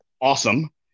awesome